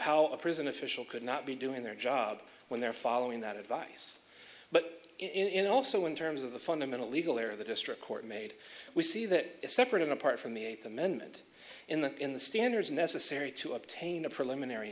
how a prison official could not be doing their job when they're following that advice but in also in terms of the fundamental legal error the district court made we see that is separate and apart from the eighth amendment in the in the standards necessary to obtain a preliminary